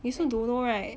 you also do know right